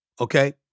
Okay